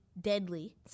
deadly